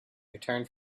returned